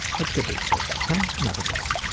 let's get to the surveys, um enough of this.